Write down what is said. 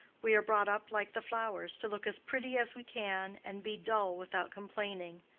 we are brought up like the flowers, to look as pretty as we can, and be dull without complaining.